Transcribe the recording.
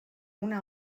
una